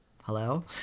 Hello